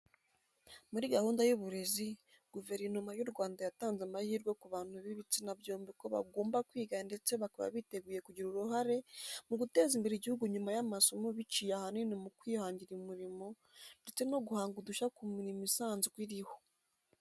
Muri gahunda y'uburezi, Guverinoma y'u Rwanda yatanze amahirwe ku bantu b'ibitsina byombi ko bagomba kwiga ndetse bakaba biteguye kugira uruhare mu guteza imbere igihugu nyuma y'amasomo biciye ahanini mu kwihangira umurimo ndetse no guhanga udushya ku mirimo isanzwe iriho.